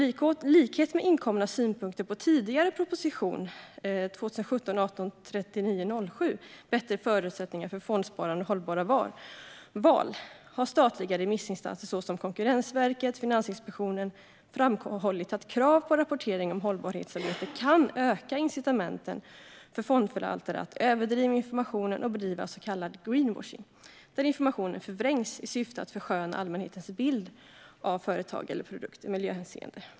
I likhet med inkomna synpunkter på tidigare proposition, proposition 2017/18:3907 Bättre förutsättningar för fondsparande och hållbara val , har statliga remissinstanser såsom Konkurrensverket och Finansinspektionen framhållit att krav på rapportering om hållbarhetsarbete kan öka incitamenten för fondförvaltare att överdriva informationen och bedriva så kallad greenwashing. Det innebär att information förvrängs i syfte att försköna allmänhetens bild av ett företag eller en produkt ur miljöhänseende.